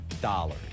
dollars